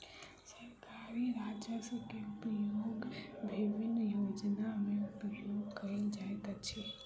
सरकारी राजस्व के उपयोग विभिन्न योजना में उपयोग कयल जाइत अछि